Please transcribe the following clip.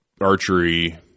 archery